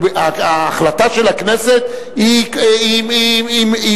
ההחלטה של הכנסת היא עוצרת,